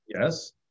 Yes